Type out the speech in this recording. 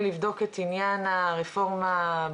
וכמובן לחברי הכנסת יש גם את האפשרות לקדם חקיקה